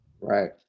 right